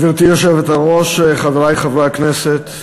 גברתי היושבת-ראש, חברי חברי הכנסת,